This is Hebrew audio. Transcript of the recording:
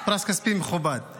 פרס כספי מכובד.